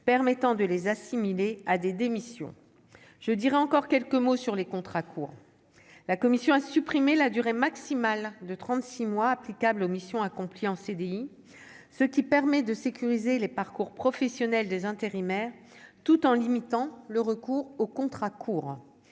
permettant de les assimiler à des démissions je dirais encore quelques mots sur les contrats courts, la commission a supprimé la durée maximale de 36 mois applicable aux missions accomplie en CDI, ce qui permet de sécuriser les parcours professionnels des intérimaires, tout en limitant le recours aux contrats courts,